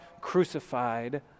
crucified